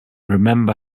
remember